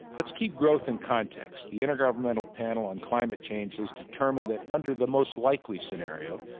let's keep growth in context. the intergovernmental panel on climate change has determined that under the most likely scenario,